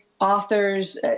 authors